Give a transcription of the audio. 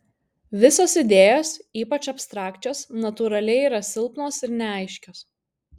visos idėjos ypač abstrakčios natūraliai yra silpnos ir neaiškios